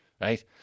Right